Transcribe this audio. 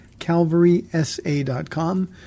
CalvarySA.com